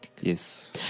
Yes